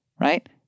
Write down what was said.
right